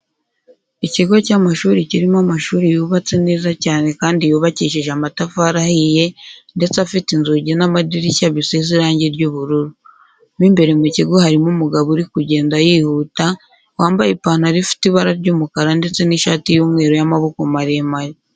Ikigo cy'amashuri kirimo amashuri yubatse neza cyane kandi yubakishijwe amatafari ahiye ndetse afite inzugi n'amadirishya bisize irangi ry'ubururu. Mo imbere mu kigo harimo umugabo uri kugenda yihuta, wambaye ipantaro ifite ibara ry'umukara ndetse n'ishati y'umweru y'amaboko maremare.